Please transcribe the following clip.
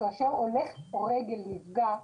כאשר הולך רגל נפגע,